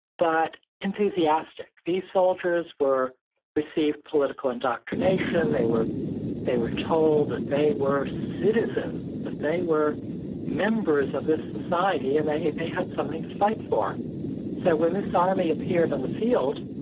but enthusiastic. these soldiers received political indoctrination. they were they were told that they were citizens. that they were members of this society, and they they had something to fight for so when this army appeared on the field,